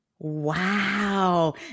Wow